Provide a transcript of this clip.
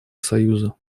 союза